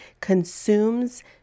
consumes